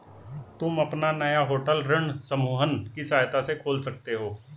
तुम अपना नया होटल ऋण समूहन की सहायता से खोल सकते हो